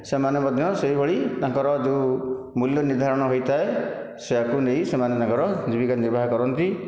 ସେମାନେ ମଧ୍ୟ ସେହିଭଳି ତାଙ୍କର ଯେଉଁ ମୂଲ୍ୟ ନିର୍ଦ୍ଧାରଣ ହୋଇଥାଏ ସେଇଆକୁ ନେଇ ସେମାନେ ତାଙ୍କର ଜୀବିକା ନିର୍ବାହ କରନ୍ତି